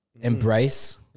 embrace